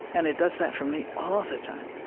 and it does that for me all of the time.